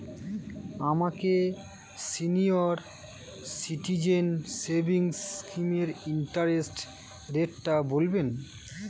আমাকে senior citizen savings স্কিমের interest রেটটা বলবেন